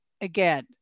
again